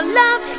love